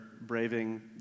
braving